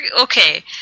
okay